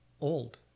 old